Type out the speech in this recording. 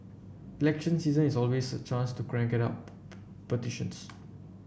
election season is always a chance to crank out petitions